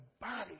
body